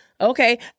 Okay